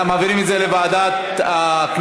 נא להעביר אותו לוועדת משמעת.